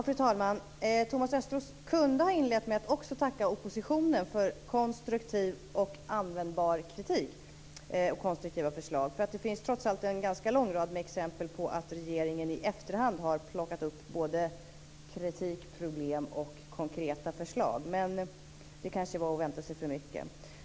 Fru talman! Thomas Östros kunde ha inlett med att också tacka oppositionen för konstruktiv och användbar kritik och konstruktiva förslag. Det finns trots allt en ganska lång rad exempel på att regeringen i efterhand har plockat upp både kritik, problem och konkreta förslag. Men det kanske var att vänta sig för mycket.